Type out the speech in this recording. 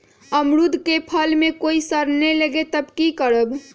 अमरुद क फल म अगर सरने लगे तब की करब?